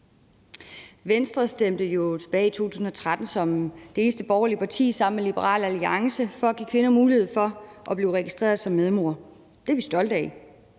Venstre stemte jo tilbage i 2013 som det eneste borgerlige parti sammen med Liberal Alliance for at give kvinder mulighed for at blive registreret som medmor. Det er vi stolte af,